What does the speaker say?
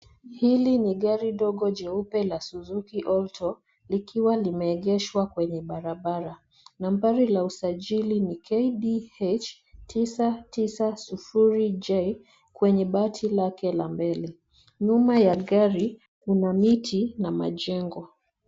Hili ni gari dogo jeupe la Suzuki Alto likiwa limeegesha kwenye barabara. Nambari ya usajili ni KDH 990J kwenye bati la mbele. Nyuma ya gari kuna miti na majengo.